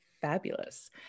fabulous